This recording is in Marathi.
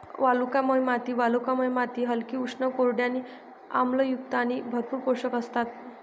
वालुकामय माती वालुकामय माती हलकी, उष्ण, कोरडी आणि आम्लयुक्त आणि भरपूर पोषक असतात